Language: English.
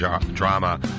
drama